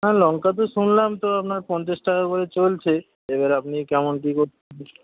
হ্যাঁ লঙ্কা তো শুনলাম তো আপনার পঞ্চাশ টাকা করে চলছে এবারে আপনি কেমন কি করতে